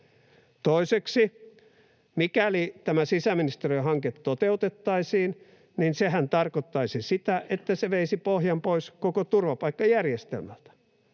Toiseksi, mikäli tämä sisäministeriön hanke toteutettaisiin, niin sehän tarkoittaisi sitä, että se veisi pohjan pois koko turvapaikkajärjestelmältä.